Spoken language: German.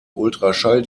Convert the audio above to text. ultraschall